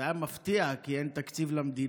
זה היה מפתיע, כי אין תקציב למדינה.